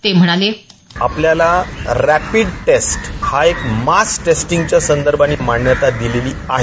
ते म्हणाले आपल्याला रॅपिड टेस्ट हा एक मास टेस्टींगच्या संदर्भान मान्यता दिलेली आहे